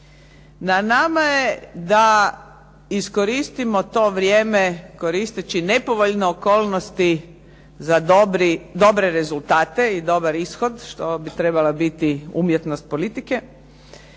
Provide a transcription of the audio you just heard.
Na nama je da iskoristimo to vrijeme koristeći nepovoljne okolnosti za dobre rezultate i dobar ishod što bi trebala biti umjetnost politike.